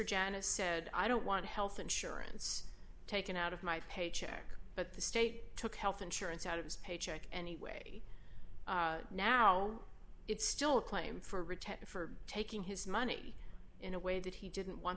janice said i don't want health insurance taken out of my paycheck but the state took health insurance out of his paycheck anyway now it's still a claim for return for taking his money in a way that he didn't want